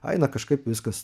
eina kažkaip viskas